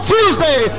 Tuesday